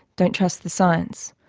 don't trust the science,